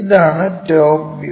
ഇതാണ് top view